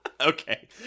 Okay